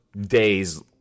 days